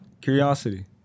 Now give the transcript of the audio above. Curiosity